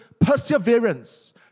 perseverance